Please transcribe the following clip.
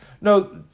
No